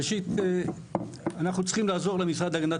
ראשית, אנחנו צריכים לעזור למשרד להגנת